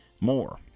more